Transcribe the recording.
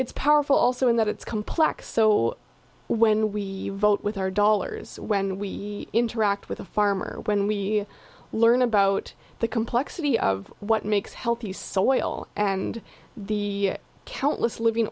it's powerful also in that it's complex so when we vote with our dollars when we interact with a farmer when we learn about the complexity of what makes help you so oil and the countless living